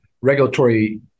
regulatory